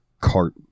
cart